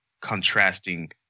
contrasting